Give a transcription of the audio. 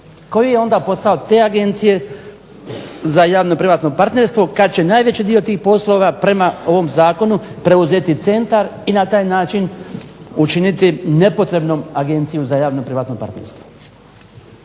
Koji je onda posao te Agencije za javno privatno partnerstvo kad će najveći dio tih poslova prema ovom zakonu preuzeti centar i na taj način učiniti nepotrebnom Agenciju za javno privatno partnerstvo.